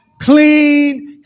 clean